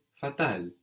fatal